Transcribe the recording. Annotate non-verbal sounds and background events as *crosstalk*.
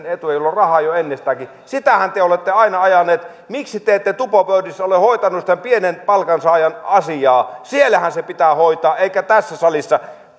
*unintelligible* etuja joilla on rahaa jo ennestäänkin sitähän te olette aina ajaneet miksi te ette tupopöydissä ole hoitaneet sitä pienen palkansaajan asiaa siellähän se pitää hoitaa eikä tässä salissa *unintelligible*